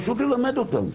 פשוט ללמד אותם,